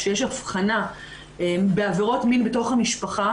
כשיש הבחנה בעבירות מין בתוך המשפחה,